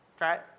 right